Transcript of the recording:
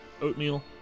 oatmeal